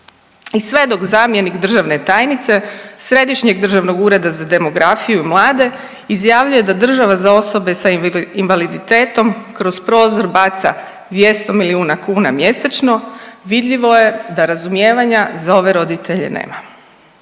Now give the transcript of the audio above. sve dok zamjenik državne tajnice Središnjeg državnog ureda za demografiju i mlade izjavljuje da država za osobe sa invaliditetom kroz prozor baca 200 milijuna kuna mjesečno vidljivo je da razumijevanja za ove roditelje nema.